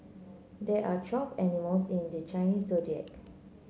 there are twelve animals in the Chinese Zodiac